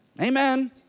amen